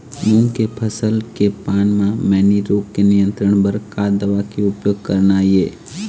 मूंग के फसल के पान म मैनी रोग के नियंत्रण बर का दवा के उपयोग करना ये?